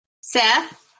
Seth